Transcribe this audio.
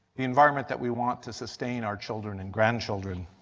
the environment that we want to sustain our children and grandchildren.